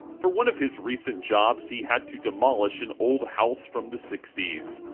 for one of his recent jobs he had to demolish an old house from the sixties.